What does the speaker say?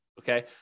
okay